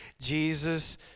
Jesus